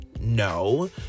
No